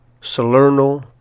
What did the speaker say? Salerno